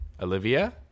olivia